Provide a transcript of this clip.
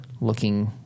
looking